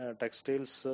textiles